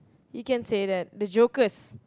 you can say that the jokers